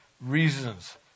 reasons